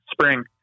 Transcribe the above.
spring